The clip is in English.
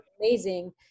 amazing